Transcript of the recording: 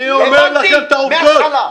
אני אומר לכם את העובדות.